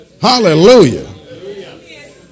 Hallelujah